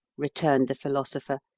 returned the philosopher,